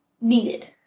needed